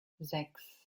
sechs